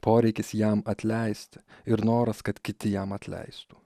poreikis jam atleisti ir noras kad kiti jam atleistų